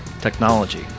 Technology